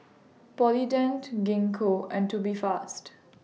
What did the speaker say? Polident Gingko and Tubifast